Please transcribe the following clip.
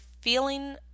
feeling